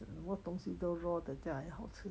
什么东西都 raw 的这样也好吃